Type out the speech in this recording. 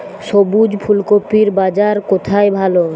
সবুজ ফুলকপির বাজার কোথায় ভালো?